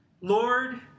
Lord